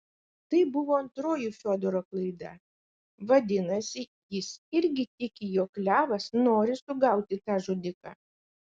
tai buvo antroji fiodoro klaida vadinasi jis irgi tiki jog levas nori sugauti tą žudiką